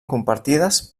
compartides